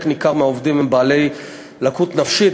חלק ניכר מהעובדים הם בעלי לקות נפשית.